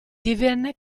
divenne